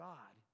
God